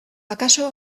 akaso